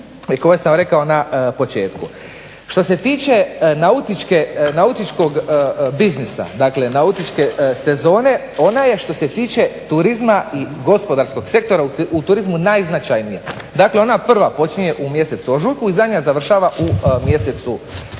i koje sam rekao na početku. Što se tiče nautičkog biznisa, dakle nautičke sezone ona je što se tiče turizma i gospodarskog sektora u turizmu najznačajnija. Dakle, ona prva počinje u mjesecu ožujku i zadnja završava u mjesecu studenom